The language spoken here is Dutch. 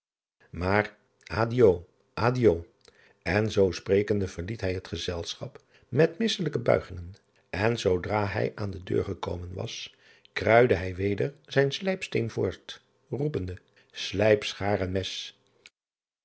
adio en zoo sprekende verliet hij het gezelschap met misselijke buigingen en zoodra hij aan de deur gekomen was kruide hij weder zijn slijpsteen voort roepende slijp schaar en mes